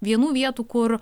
vienų vietų kur